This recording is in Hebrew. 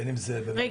בין אם זה --- רגע,